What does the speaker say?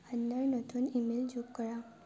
আন্নাৰ নতুন ইমেইল যোগ কৰা